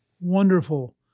wonderful